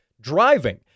driving